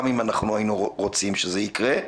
גם אם אנחנו היינו רוצים שזה יקרה,